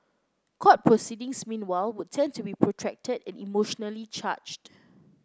court proceedings meanwhile would tend to be protracted and emotionally charged